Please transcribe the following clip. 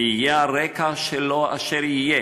ויהיה הרקע שלו אשר יהיה,